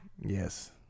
Yes